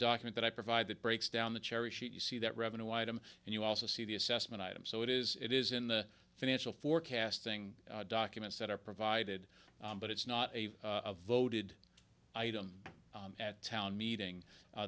document that i provide that breaks down the cherry sheet you see that revenue item and you also see the assessment item so it is it is in the financial forecasting documents that are provided but it's not a voted item at town meeting